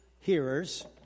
hearers